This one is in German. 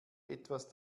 etwas